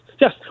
yes